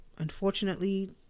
Unfortunately